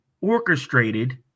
orchestrated